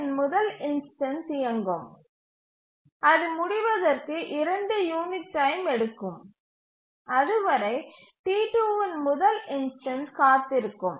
T1இன் முதல் இன்ஸ்டன்ஸ் இயங்கும் அது முடிவதற்கு 2 யூனிட் டைம் எடுக்கும் அதுவரை T2இன் முதல் இன்ஸ்டன்ஸ் காத்திருக்கும்